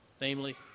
namely